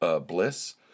bliss